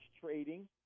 trading